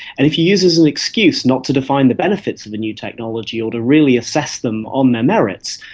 and if you use it as an excuse not to define the benefits of a new technology or to really assess them on their merits,